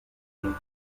une